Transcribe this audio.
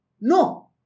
No